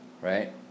right